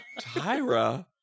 Tyra